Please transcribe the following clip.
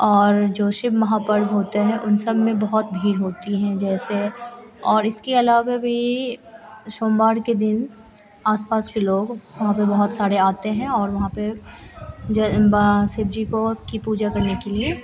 और जो शिव महापर्व होते हैं उन सब में बहुत भीड़ होती है जैसे और इसके अलावा भी सोमवार के दिन आसपास के लोग वहाँ पर बहुत सारे आते हैं और वहाँ पर ज शिव जी को की पूजा करने के लिए